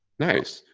nice.